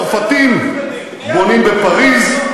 צרפתים בונים בפריז,